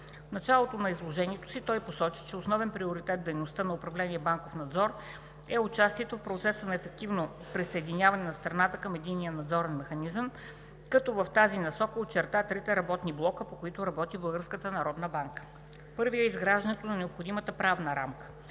началото на изложението си той посочи, че основен приоритет в дейността на управление „Банков надзор“ е участието в процеса на ефективното присъединяване на страната към Единния надзорен механизъм, като в тази насока очерта трите работни блока, по които работи Българската народна банка. Първият е изграждането на необходимата правна рамка.